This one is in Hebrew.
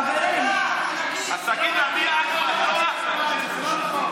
חברים, אז תגיד לה: אני, אחמד, לא אהבל.